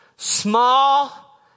Small